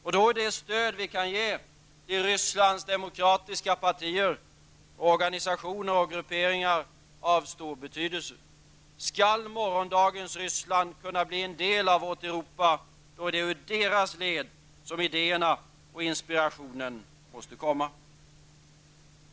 Och då är det stöd vi kan ge till Rysslands demokratiska partier, organisationer och grupperingar av stor betydelse. Skall morgondagens Ryssland kunna blir en del av vårt Europa, är det ur deras led som idéerna och inspirationen måste komma.